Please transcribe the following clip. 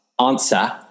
Answer